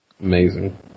Amazing